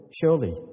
Surely